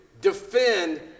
defend